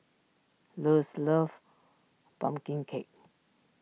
Luz loves Pumpkin Cake